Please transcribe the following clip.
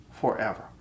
forever